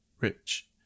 Rich